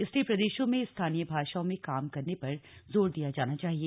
इसलिए प्रदेशों में स्थानीय भाषाओं में काम करने पर जोर दिया जाना चाहिए